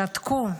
שתקו,